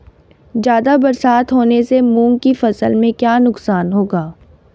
ज़्यादा बरसात होने से मूंग की फसल में क्या नुकसान होगा?